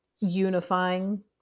unifying